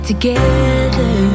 together